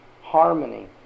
harmony